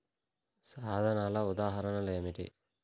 సాధనాల ఉదాహరణలు ఏమిటీ?